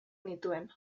nituen